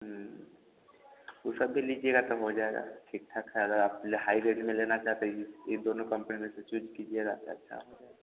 ऊ सब भी लीजिएगा तो हो जाएगा ठीक ठाक है अगर आप हाई रेन्ज में लेना चाहते हैं ई दोनों कम्पनी में से चूज कीजिएगा तो अच्छा हो जाए